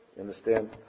understand